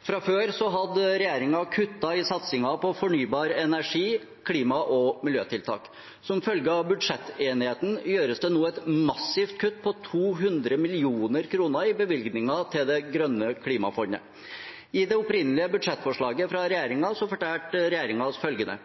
Fra før hadde regjeringen kuttet i satsingen på fornybar energi, klima og miljøtiltak. Som følge av budsjettenigheten gjøres det nå et massivt kutt på 200 mill. kr i bevilgninger til det grønne klimafondet. I det opprinnelige budsjettforslaget fra regjeringen fortalte regjeringen oss følgende: